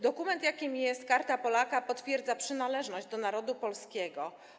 Dokument, jakim jest Karta Polaka, potwierdza przynależność do narodu polskiego.